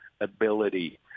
ability